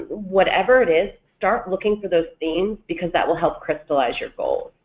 whatever it is, start looking for those themes because that will help crystallize your goals.